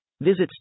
Visit